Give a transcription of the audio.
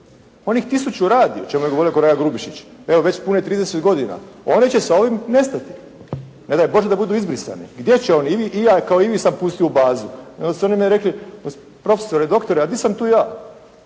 Onih 1000 radi o čemu je govorio kolega Grubišić. Evo već pune 30 godina. One će sa ovim nestati. Ne daj Bože da budu izbrisane. Gdje će one? I vi, i ja, kao i vi sad pustiti u bazu. Onda su oni meni rekli: «Profesore doktore a gdje sam tu ja?